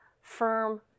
firm